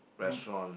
restaurant